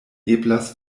eblas